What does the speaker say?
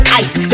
ice